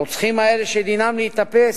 הרוצחים האלה, שדינם להיתפס,